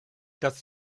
das